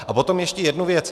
A potom ještě jednu věc.